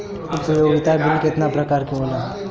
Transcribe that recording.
उपयोगिता बिल केतना प्रकार के होला?